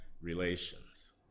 relations